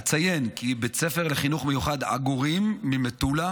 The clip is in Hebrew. אציין כי בית ספר לחינוך מיוחד עגורים ממטולה